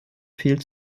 viel